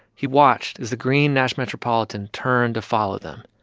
he watched as the green nash metropolitan turned to follow them.